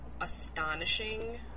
astonishing